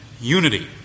unity